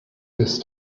this